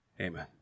Amen